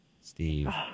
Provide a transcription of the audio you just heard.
Steve